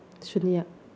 ꯁꯨꯟꯌꯥ